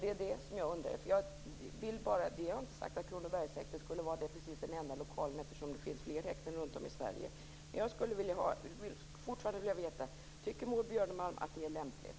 Det är det som jag undrar över. Jag har inte sagt att Kronobergshäktet är den enda lokalen. Det finns fler häkten runtom i Sverige. Men jag skulle fortfarande vilja veta om Maud Björnemalm tycker att det är lämpligt.